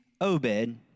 Obed